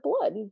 blood